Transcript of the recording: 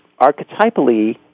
archetypally